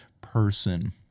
person